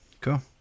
Cool